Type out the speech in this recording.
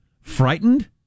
frightened